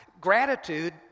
Gratitude